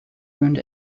wound